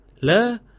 Le